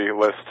list